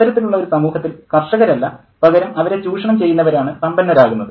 അത്തരത്തിലുള്ള ഒരു സമൂഹത്തിൽ കർഷകരല്ല പകരം അവരെ ചൂഷണം ചെയ്യുന്നവരാണ് സമ്പന്നരാകുന്നത്